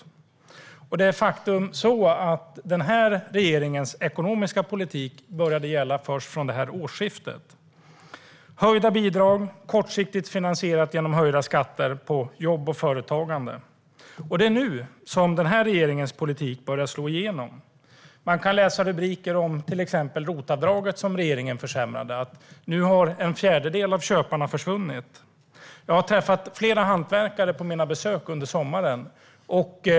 Det är ett faktum att den här regeringens ekonomiska politik började gälla först från årsskiftet, med höjda bidrag, kortsiktigt finansierat genom höjda skatter på jobb och företagande. Det är nu som den här regeringens politik börjar slå igenom. Man kan läsa rubriker om till exempel ROT-avdraget, som regeringen försämrade. Nu har en fjärdedel av köparna försvunnit. Jag har träffat flera hantverkare på mina besök under sommaren.